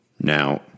Now